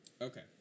Okay